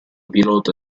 pilota